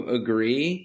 agree